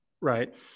Right